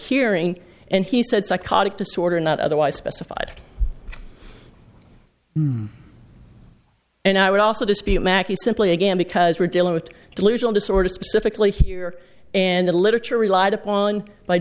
hearing and he said psychotic disorder not otherwise specified and i would also dispute makea simply again because we're dealing with delusional disorder specifically here and the literature